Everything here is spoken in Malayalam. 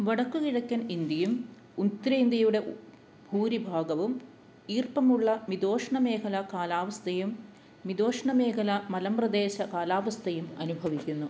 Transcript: വടക്കുകിഴക്കൻ ഇൻഡ്യയും ഉത്തരേൻഡ്യയുടെ ഭൂരിഭാഗവും ഈർപ്പമുള്ള മിതോഷ്ണ മേഖല കാലാവസ്ഥയും മിതോഷ്ണ മേഖല മലമ്പ്രദേശ കാലാവസ്ഥയും അനുഭവിക്കുന്നു